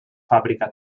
fàbrica